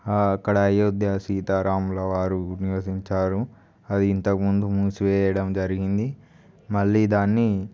అక్కడ అయోధ్య సీతా రాములవారు నివసించారు అది ఇంతకముందు మూసి వేయడం జరిగింది మళ్ళి దాన్ని